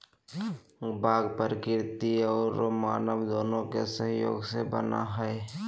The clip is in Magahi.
बाग प्राकृतिक औरो मानव दोनों के सहयोग से बना हइ